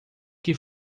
que